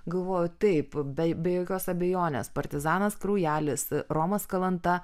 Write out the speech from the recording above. galvojau taip be be jokios abejonės partizanas kraujelis romas kalanta